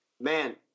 Man